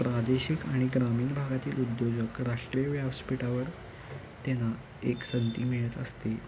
प्रादेशिक आणि ग्रामीण भागातील उद्योजक राष्ट्रीय व्यासपिठावर त्यांना एक संधी मिळत असते